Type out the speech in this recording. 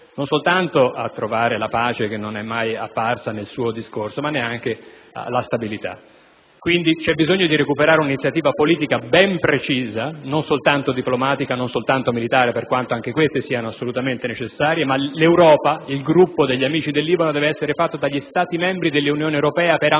non soltanto a trovare la pace - che non è mai apparsa nel suo discorso -, ma neanche la stabilità. Quindi, c'è bisogno di recuperare un'iniziativa politica ben precisa e non soltanto diplomatica e militare, per quanto anche queste siano assolutamente necessarie. Il gruppo degli «Amici del Libano» deve essere composto dagli Stati membri dell'Unione Europea per ampliare